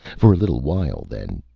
for a little while then,